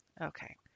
Okay